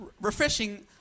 refreshing